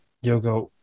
yoga